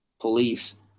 police